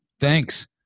thanks